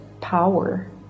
power